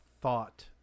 thought